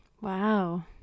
Wow